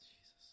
Jesus